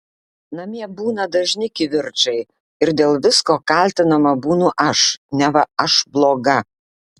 namie būna dažni kivirčai ir dėl visko kaltinama būnu aš neva aš bloga